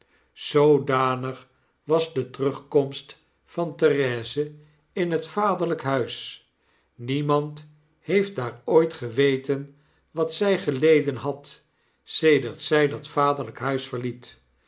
zoodanig was de terugkomst van therese in het vaderlp huis niemand heeft daar ooit geweten wat zij geleden had sedert zij dat vaderlp huis verliet